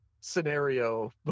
scenario